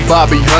Bobby